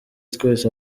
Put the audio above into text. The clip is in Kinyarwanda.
twese